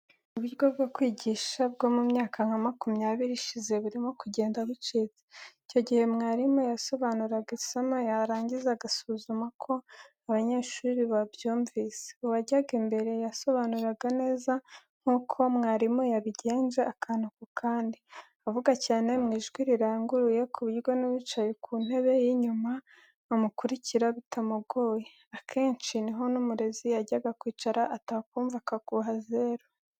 Uburyo bwo kwigisha bwo mu myaka nka makumyabiri ishize burimo kugenda bucika. Icyo gihe mwarimu yasobanuraga isomo yarangiza agasuzuma ko abanyeshuri babyumvise, uwajyaga imbere yasobanuraga neza nk'uko mwarimu yabigenje akantu ku kandi, avuga cyane mu ijwi riranguruye ku buryo n'uwicaye ku ntebe y'inyuma amukurikira bitamugoye, akenshi ni ho n'umurezi yajyaga kwicara, atakumva akaguha zeru.